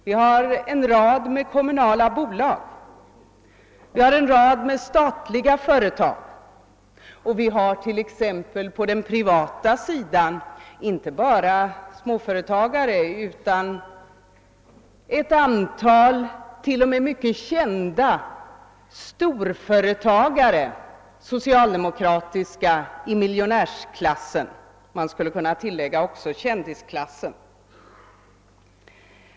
Vi har en rad kommunala bolag, statliga företag och t.ex. på den privata sidan inte bara småföretagare utan ett antal t.o.m. mycket kända storföretagare — socialdemokrater i miljonärsklassen, man skulle också kunna säga i kändisklassen.